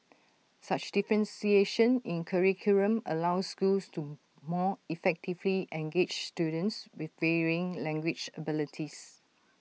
such differentiation in curriculum allows schools to more effectively engage students with varying language abilities